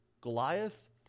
goliath